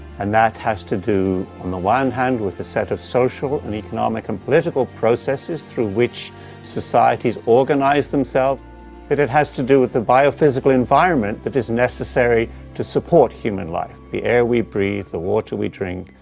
and that has to do on the one hand with a set of social and economic and political processes through which societies organize themselves, and it has to do with the biophysical environment that is necessary to support human life. the air we breathe, the water we drink,